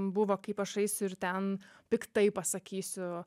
buvo kaip aš eisiu ir ten piktai pasakysiu